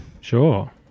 Sure